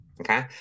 Okay